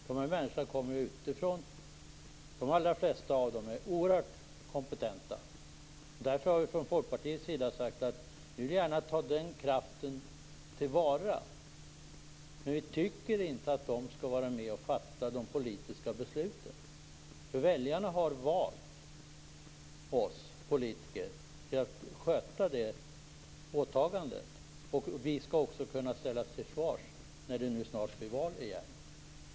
De allra flesta som kommer utifrån är oerhört kompetenta. Därför har vi i Folkpartiet sagt att vi vill gärna ta till vara den kraften. Men vi tycker inte att de skall vara med och fatta de politiska besluten. Väljarna har valt oss politiker att sköta det åtagandet. Vi ställs också till svars vid valet.